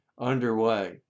underway